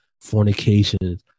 fornication